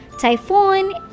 Typhoon